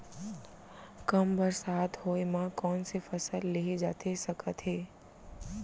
कम बरसात होए मा कौन से फसल लेहे जाथे सकत हे?